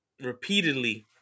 repeatedly